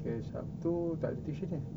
K sabtu tak ada tuition eh